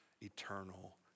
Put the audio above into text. Eternal